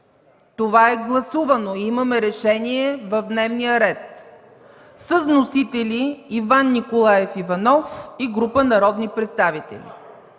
това е гласувано, имаме решение в дневния ред, с вносители Иван Николаев Иванов и група народни представители.